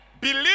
Believe